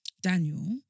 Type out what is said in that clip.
Daniel